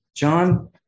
John